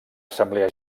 assemblea